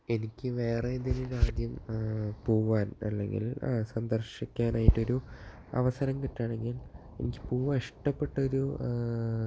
എനിക്ക് വേറെ ഏതേലും രാജ്യം പോവാന് അല്ലെങ്കില് സന്ദര്ശിക്കാനെയിട്ടൊരു അവസരം കിട്ടുകയാണെങ്കിൽ എനിക്ക് പോകാനിഷ്ടപ്പെട്ട